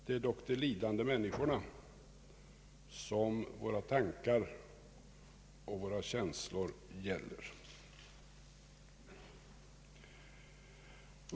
Det är dock de lidande människorna som våra tankar och våra känslor gäller.